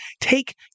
take